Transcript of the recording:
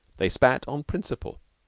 they spat on principle.